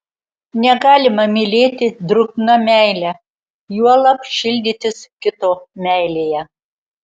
negalima mylėti drungna meile juolab šildytis kito meilėje